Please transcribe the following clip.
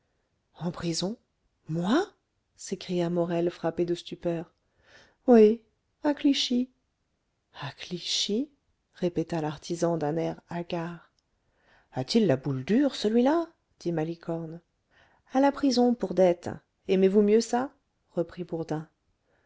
en prison moi s'écria morel frappé de stupeur oui à clichy à clichy répéta l'artisan d'un air hagard a-t-il la boule dure celui-là dit malicorne à la prison pour dettes aimez-vous mieux ça reprit bourdin